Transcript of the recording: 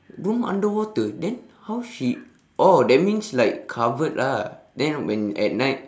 room underwater then how she oh that means like covered lah then when at night